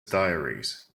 diaries